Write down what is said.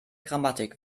grammatik